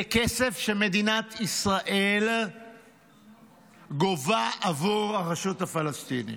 זה כסף שמדינת ישראל גובה עבור הרשות הפלסטינית.